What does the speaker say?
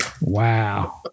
Wow